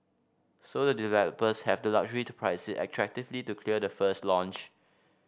so the developers have the luxury to price it attractively to clear the first launch